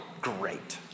great